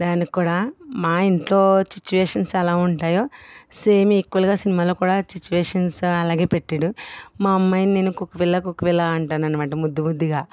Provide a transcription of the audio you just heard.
దానికి కూడా మా ఇంట్లో సిచువేషన్స్ ఎలా ఉంటాయో సేమ్ ఈక్వల్గా సినిమాలో కూడా సిచువేషన్స్ అలాగే పెట్టాడు మా అమ్మాయిని నేను కుక్కపిల్ల కుక్కపిల్ల అంటాను అన్నమాట ముద్దు ముద్దుగా